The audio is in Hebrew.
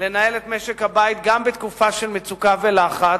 לנהל את משק-הבית גם בתקופה של מצוקה ולחץ,